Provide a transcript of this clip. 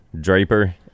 Draper